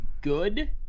good